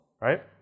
Right